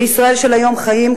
בישראל של היום חיים,